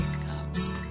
comes